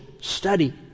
study